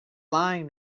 lying